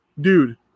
dude